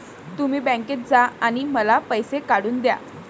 तुम्ही बँकेत जा आणि मला पैसे काढून दया